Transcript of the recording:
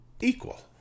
equal